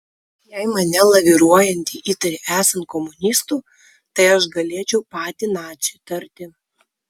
jei mane laviruojantį įtari esant komunistu tai aš galėčiau patį naciu įtarti